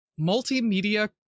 multimedia